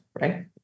right